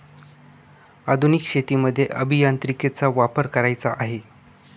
आधुनिक शेतीमध्ये अभियांत्रिकीचा वापर करायचा आहे